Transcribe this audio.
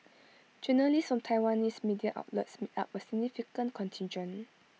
journalists from Taiwanese media outlets make up A significant contingent